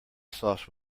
sauce